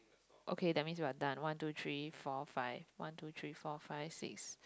okay that means you're done one two three four five one two three four five six